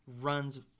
runs